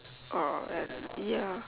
uh and ya